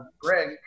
Greg